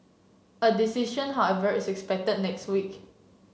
a decision however is expected next week